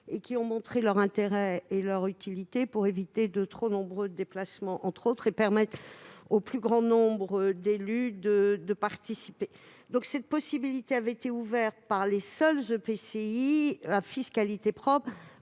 et qui ont démontré leur intérêt et leur utilité pour éviter de trop nombreux déplacements et permettre au plus grand nombre d'élus de participer. Cette possibilité avait été ouverte pour les seuls EPCI à fiscalité propre